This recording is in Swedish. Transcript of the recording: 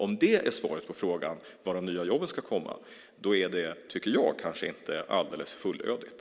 Om det är svaret på frågan var de nya jobben ska komma tycker jag kanske inte att det är alldeles fullödigt.